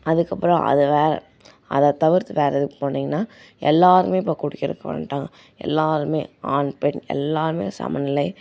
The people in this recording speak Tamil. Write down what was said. அதுக்கப்புறம் அது வேறே அதை தவிர்த்து வேறே இதுக்கு போனீங்கன்னால் எல்லோருமே இப்போ குடிக்கிறதுக்கு வந்துட்டாங்க எல்லோருமே ஆண் பெண் எல்லோருமே சமநிலை